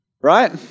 right